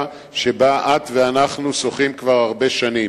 שבה את ואנחנו שוחים כבר הרבה שנים.